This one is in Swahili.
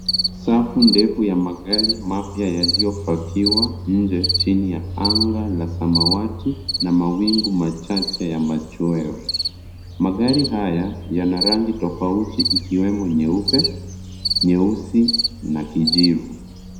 Safu ndefu ya magari mapya yaliyopakiwa nje chini ya anga la samawati na mawingu machache ya machweo. Magari haya yana rangi tofauti ikiwemo nyeupe, nyeusi, na kijivu.